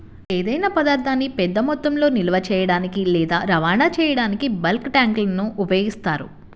ఏదైనా పదార్థాన్ని పెద్ద మొత్తంలో నిల్వ చేయడానికి లేదా రవాణా చేయడానికి బల్క్ ట్యాంక్లను ఉపయోగిస్తారు